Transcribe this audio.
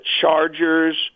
Chargers